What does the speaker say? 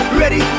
ready